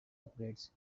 upgrades